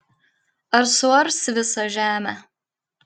ar suars visą žemę